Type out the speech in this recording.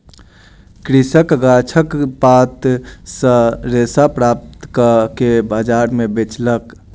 कृषक गाछक पात सॅ रेशा प्राप्त कअ के बजार में बेचलक